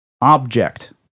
object